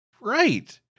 Right